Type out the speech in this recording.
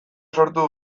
sortu